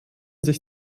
sich